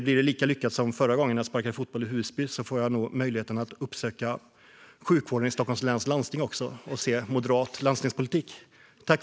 Blir det lika lyckat som förra gången jag sparkade fotboll, i Husby, får jag nog möjligheten att uppsöka sjukvården i Region Stockholm och se moderat regionpolitik!